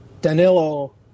Danilo